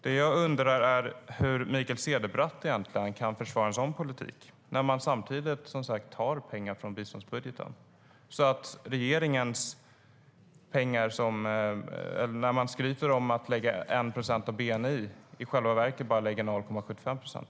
Det jag undrar är hur Mikael Cederbratt kan försvara en sådan politik när man samtidigt tar pengar från biståndsbudgeten. När regeringen skryter om att man lägger 1 procent av bni lägger man i själva verket bara 0,75 procent.